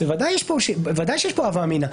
בוודאי שיש כאן הווא אמינא.